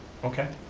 okay.